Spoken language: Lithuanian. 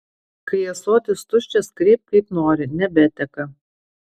kai ąsotis tuščias kreipk kaip nori nebeteka